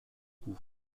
cou